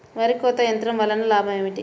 వరి కోత యంత్రం వలన లాభం ఏమిటి?